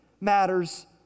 matters